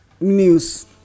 news